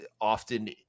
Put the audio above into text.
often